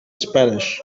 spanish